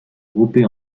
groupés